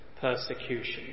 persecution